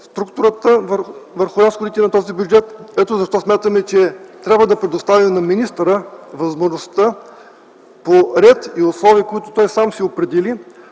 структурата на разходите в бюджета. Ето защо смятаме, че трябва да предоставим на министъра възможността по ред и условия, които той сам определи,